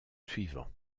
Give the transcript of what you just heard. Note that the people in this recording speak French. suivant